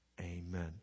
Amen